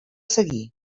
seguir